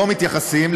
לא מתייחסים,